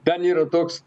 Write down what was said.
ten yra toks